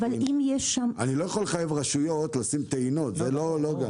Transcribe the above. אני לא יכול לחייב רשויות לשים טענות זה לא.